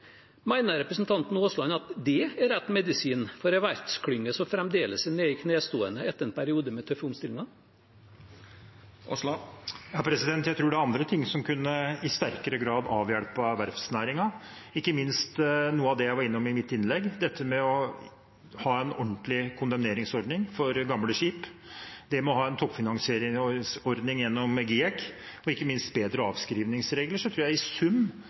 representanten Aasland at det er rett medisin for en verftsklynge som fremdeles er nede i knestående etter en periode med tøffe omstillinger? Jeg tror det er andre ting som i sterkere grad kunne avhjulpet verftsnæringen, ikke minst noe av det jeg var innom i mitt innlegg: å ha en ordentlig kondemneringsordning for gamle skip, å ha en toppfinansieringsordning gjennom GIEK og ikke minst bedre avskrivningsregler. Jeg tror at det i sum